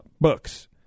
Books